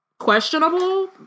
questionable